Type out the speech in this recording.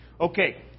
Okay